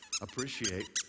appreciate